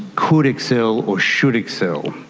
could excel or should excel,